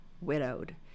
Widowed